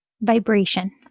vibration